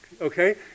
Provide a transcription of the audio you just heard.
Okay